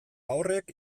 horrek